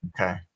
Okay